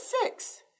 six